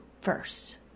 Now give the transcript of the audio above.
first